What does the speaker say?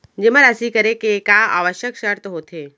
जेमा राशि करे के का आवश्यक शर्त होथे?